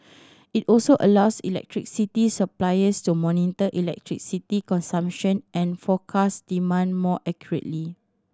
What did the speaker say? it also allows electricity suppliers to monitor electricity consumption and forecast demand more accurately